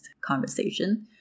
conversation